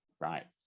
right